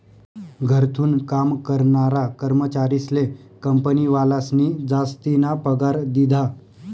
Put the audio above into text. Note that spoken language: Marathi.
घरथून काम करनारा कर्मचारीस्ले कंपनीवालास्नी जासतीना पगार दिधा